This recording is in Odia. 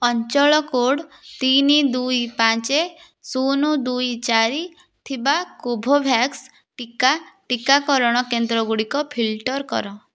ଅଞ୍ଚଳ କୋଡ଼୍ ତିନି ଦୁଇ ପାଞ୍ଚ ଶୂନ ଦୁଇ ଚାରି ଥିବା କୋଭୋଭ୍ୟାକ୍ସ ଟିକା ଟିକାକରଣ କେନ୍ଦ୍ରଗୁଡ଼ିକ ଫିଲ୍ଟର କର